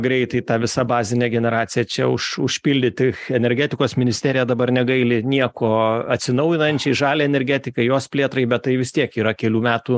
greitai tą visą bazinę generaciją čia už užpildyti energetikos ministerija dabar negaili nieko atsinaujinančiai žaliai energetikai jos plėtrai bet tai vis tiek yra kelių metų